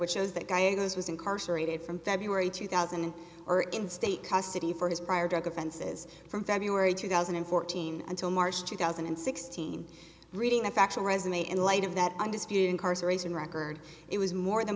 which shows that guy goes was incarcerated from february two thousand and four in state custody for his prior drug offenses from february two thousand and fourteen until march two thousand and sixteen reading the factual resume in light of that undisputed incarceration record it was more than